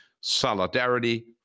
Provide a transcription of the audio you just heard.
Solidarity